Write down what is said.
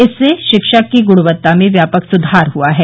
इससे शिक्षा की गुणवत्ता में व्यापक सुधार हुआ है